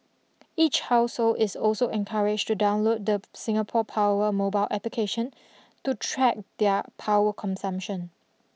each household is also encouraged to download the Singapore power mobile application to track their power consumption